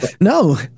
No